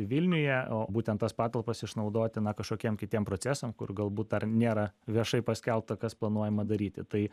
vilniuje o būtent tas patalpas išnaudoti na kažkokiem kitiem procesam kur galbūt dar nėra viešai paskelbta kas planuojama daryti tai